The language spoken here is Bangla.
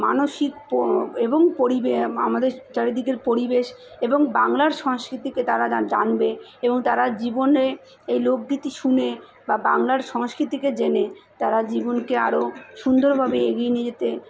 মানসিক প এবং পরিবে আম আমাদের চারিদিকের পরিবেশ এবং বাংলার সংস্কৃতিকে তারা জান জানবে এবং তারা জীবনে এই লোকগীতি শুনে বা বাংলার সংস্কৃতিকে জেনে তারা জীবনকে আরো সুন্দরভাবে এগিয়ে নিয়ে যেতে